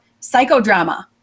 psychodrama